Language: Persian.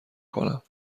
کنم